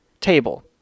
table